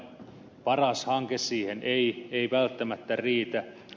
paras hanke siihen ei välttämättä riitä